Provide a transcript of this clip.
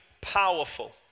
powerful